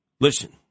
Listen